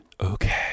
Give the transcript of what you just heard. Okay